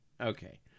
okay